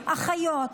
אחיות,